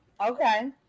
okay